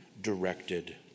directed